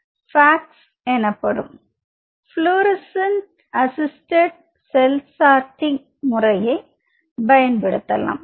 box எனப்படும் fluorescent assisted cell sorting முறையை பயன்படுத்தலாம்